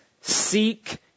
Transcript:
seek